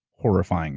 horrifying,